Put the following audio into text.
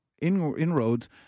inroads